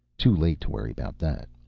too late to worry about that.